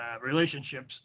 relationships